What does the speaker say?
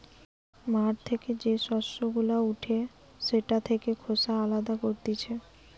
মাঠ থেকে যে শস্য গুলা উঠে সেটা থেকে খোসা আলদা করতিছে